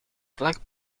vlak